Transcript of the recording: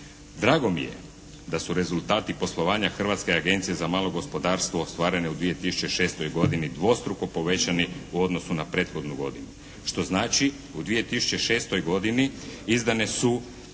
Drago mi je da su rezultati poslovanja Hrvatske agencije za malo gospodarstvo ostvarene u 2006. godini dvostruko povećani u odnosu na prethodnu godinu, što znači u 2006. godini izdane su